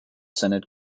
scented